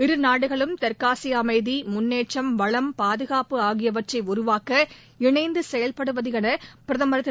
இரு நாடுகளும் தெற்காசிய அமைதி முன்னேற்றம் வளம் பாதுகாப்பு ஆகியவற்றை உருவாக்க இணைந்து செயல்படுவது என பிரதமர் திரு